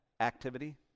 activity